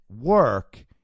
work